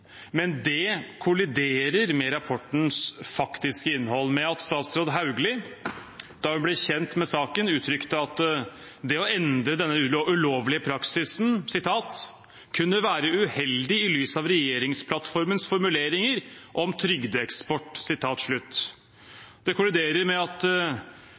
Men det kolliderer med rapportens faktiske innhold, med at statsråd Hauglie da hun ble kjent med saken, uttrykte at det å endre denne ulovlige praksisen kunne være uheldig i lys av regjeringsplattformens formuleringer om trygdeeksport. Det kolliderer med at